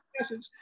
message